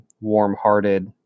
warm-hearted